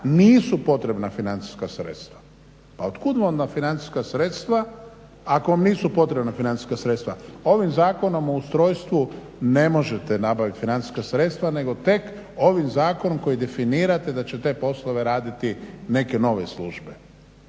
nisu potrebna financijska sredstva. Pa od kud vam onda financijska sredstva ako vam nisu potrebna financijska sredstva? Ovim Zakonom o ustrojstvu ne možete nabaviti financijska sredstva, nego tek ovim zakonom kojim definirate da će te poslove raditi neke nove službe.